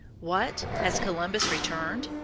what! has columbus returned?